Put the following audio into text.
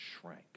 shrank